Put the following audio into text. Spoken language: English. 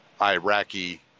Iraqi